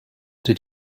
did